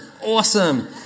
Awesome